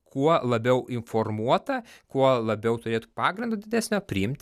kuo labiau informuota kuo labiau turėtų pagrindo didesnio priimt